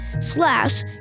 slash